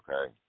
okay